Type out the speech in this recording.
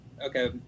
Okay